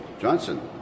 Johnson